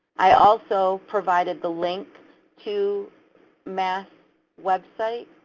i also provided the link to mast's website.